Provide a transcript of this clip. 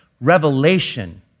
revelation